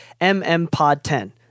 mmpod10